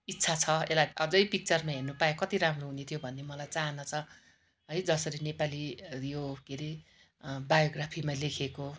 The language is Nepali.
इच्छा छ यसलाई अझै पिक्चरमा हेर्नु पाए कति राम्रो हुने थियो भन्ने मलाई चाहना छ है जसरी नेपाली यो के हरे बायोग्राफीमा लेखिएको